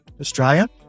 Australia